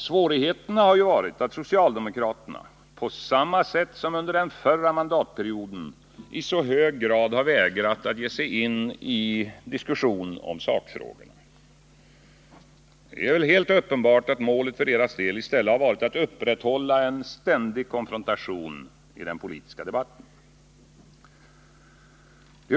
Svårigheten har varit att socialdemokraterna — på samma sätt som under förra mandatperioden — i så hög grad vägrat att ge sig in i diskussion om sakfrågorna. Det är väl alldeles uppenbart att målet för deras del i stället har varit att upprätthålla en ständig konfrontation i den politiska debatten.